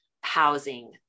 housing